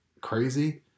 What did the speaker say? crazy